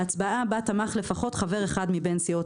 בהצבעה בה תמך לפחות חבר אחד מבין סיעות